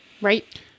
Right